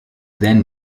then